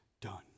done